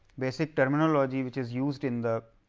basic terminology which is used in the